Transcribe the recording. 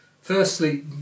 Firstly